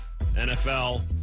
NFL